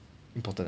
important